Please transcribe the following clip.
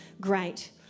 great